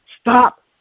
Stop